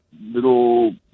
little